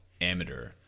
amateur